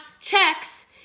checks